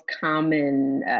common